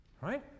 Right